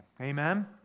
Amen